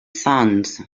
sons